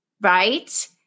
right